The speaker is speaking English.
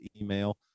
email